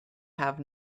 have